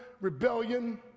rebellion